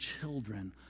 children